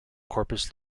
corpus